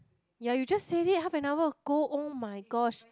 ya you just said it half an hour ago [oh]-my-gosh